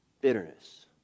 bitterness